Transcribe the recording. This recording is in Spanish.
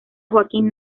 joaquín